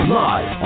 live